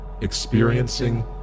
experiencing